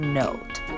note